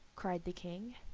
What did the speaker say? cried the king.